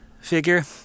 figure